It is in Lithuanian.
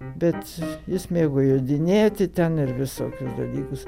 bet jis mėgo jodinėti ten ir visokius dalykus